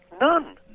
None